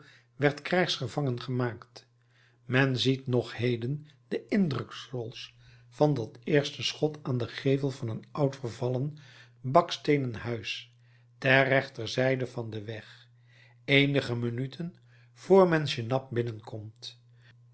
werd krijgsgevangen gemaakt men ziet nog heden de indruksels van dat eerste schot aan den gevel van een oud vervallen baksteenen huis ter rechterzijde van den weg eenige minuten vr men genappe binnenkomt